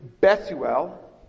Bethuel